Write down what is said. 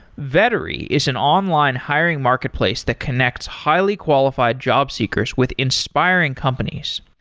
vettery is an online hiring marketplace that connects highly qualified jobseekers with inspiring companies.